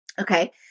Okay